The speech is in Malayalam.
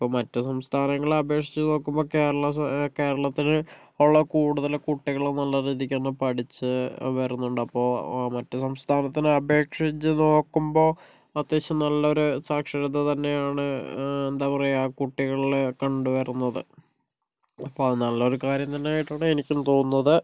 ഇപ്പോൾ മറ്റ് സംസ്ഥാനങ്ങളെ അപേക്ഷിച്ച് നോക്കുമ്പോൾ കേരളം കേരളത്തിന് ഉള്ള കൂടുതലും കുട്ടികള് നല്ല രീതിക്ക് തന്നെ പഠിച്ച് വരുന്നുണ്ട് അപ്പോൾ മറ്റ് സംസ്ഥാനത്തിനെ അപേക്ഷിച്ച് നോക്കുമ്പോൾ അത്യാവശ്യം നല്ലൊരു സാക്ഷരത തന്നെയാണ് എന്താ പറയുക കുട്ടികളിലെ കണ്ടു വരുന്നത് അപ്പോൾ അത് നല്ലൊരു കാര്യം തന്നെ ആയിട്ടാണ് എനിക്കും തോന്നുന്നത്